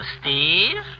Steve